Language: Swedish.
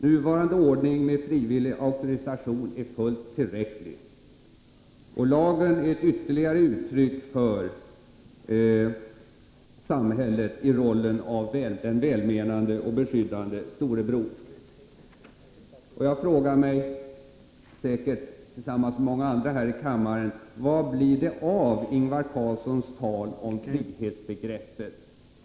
Nuvarande ordning med frivillig auktorisation är fullt tillräcklig. Den föreslagna lagen är ett ytterligare uttryck för samhället i rollen av en välmenande och beskyddande storebror. Jag frågar mig, säkert tillsammans med många andra här i kammaren: Vad blir det av Ingvar Carlssons tal om frihetsbegreppet?